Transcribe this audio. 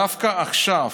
דווקא עכשיו,